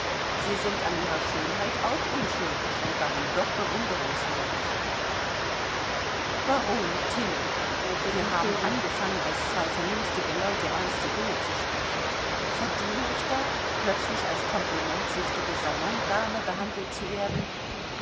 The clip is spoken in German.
sie sind an ihrer schönheit auch unschuldig und darum doch bewunderungswürdig baron tilling wir haben angefangen als zwei vernünftige leute ernste dinge zu sprechen verdiene ich da plötzlich als komplimentensüchtige salondame behandelt zu werden